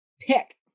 Pick